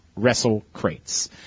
WrestleCrates